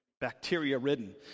bacteria-ridden